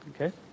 Okay